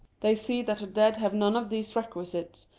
they see that the dead have none of these requisites,